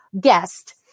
guest